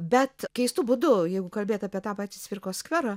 bet keistu būdu jeigu kalbėt apie tą patį cvirkos skverą